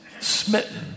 smitten